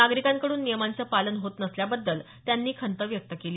नागरीकांकडून नियमांचं पालन होत नसल्याबद्दल त्यांनी खंत व्यक्त केली